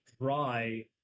dry